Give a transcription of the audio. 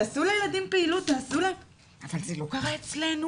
תעשו לילדים פעילות" "אבל זה לא קרה אצלינו.",